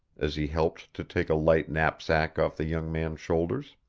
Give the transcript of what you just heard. as he helped to take a light knapsack off the young man's shoulders.